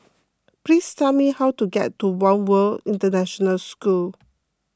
please tell me how to get to one World International School